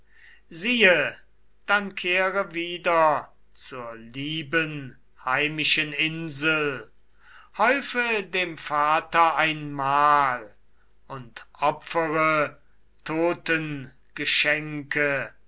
siehe dann kehre wieder zur lieben heimischen insel häufe dem vater ein mal und opfere totengeschenke